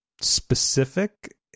specific